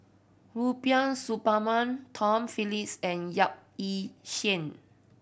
Rubiah Suparman Tom Phillips and Yap Ee Chian